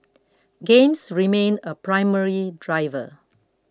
games remain a primary driver